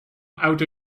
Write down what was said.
out